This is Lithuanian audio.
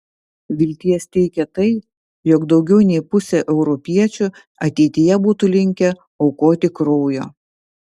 vilties teikia tai jog daugiau nei pusė europiečių ateityje būtų linkę aukoti kraujo